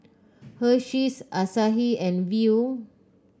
Hersheys Asahi and Viu